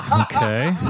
okay